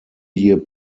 year